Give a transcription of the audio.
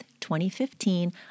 2015